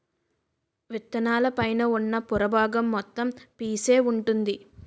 విత్తనాల పైన ఉన్న పొర బాగం మొత్తం పీసే వుంటుంది